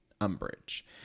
umbrage